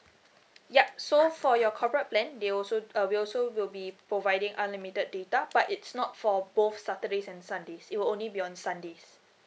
yup so for your corporate plan they also uh we also will be providing unlimited data but it's not for both saturdays and sundays it will only be on sundays